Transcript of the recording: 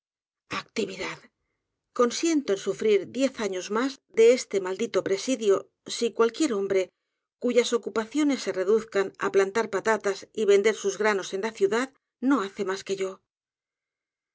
actividad consiento en sufrir diez años mas de este maldito presidio si cualquier hombre cuyas ocupaciones se reduzcan á plantar patatas y vender sus granos en la ciudad no hace mas que yo